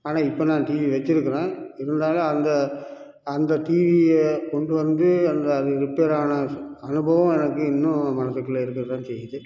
ஆனால் இப்போ நான் டிவி வச்சிருக்கிறேன் இருந்தாலும் அந்த அந்த டிவியை கொண்டு வந்து அந்த அது ரிப்பேர் ஆன அனுபவம் எனக்கு இன்னும் மனசுக்குள்ள இருக்க தான் செய்து